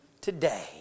today